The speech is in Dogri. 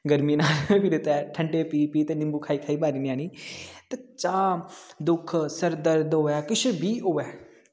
गर्मियें च ते ठंडे पीऽ पीऽ ते नींबू खाई खाई कोई बारी निं आनी ते चाह् दुख दर्द कुछ बी होऐ